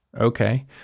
Okay